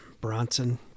Bronson